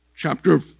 Chapter